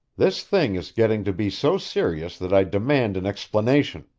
this thing is getting to be so serious that i demand an explanation.